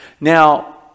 Now